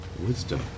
Wisdom